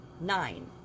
nine